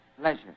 pleasure